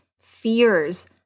fears